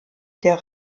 der